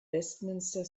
westminster